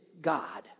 God